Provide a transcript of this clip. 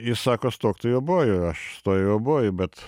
jis sako stok tu į obojų aš stojau į obojų bet